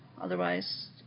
Otherwise